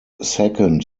second